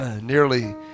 nearly